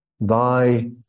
thy